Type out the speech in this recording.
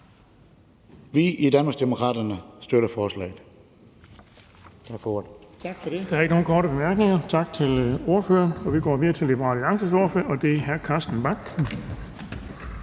Vi i Danmarksdemokraterne støtter forslaget.